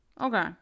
Okay